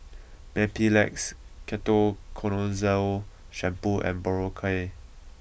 Mepilex Ketoconazole Shampoo and Berocca